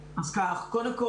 קודם,